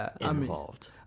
involved